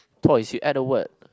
toys you add a word